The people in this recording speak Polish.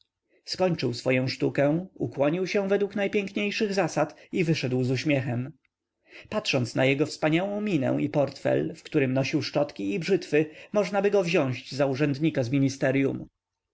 skończył swoję sztukę ukłonił się według najpiękniejszych zasad i wyszedł z uśmiechem patrząc na jego wspaniałą minę i portfel w którym nosił szczotki i brzytwy możnaby go wziąść za urzędnika z